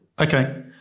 Okay